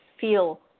feel